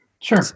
Sure